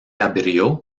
abrió